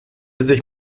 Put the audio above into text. sich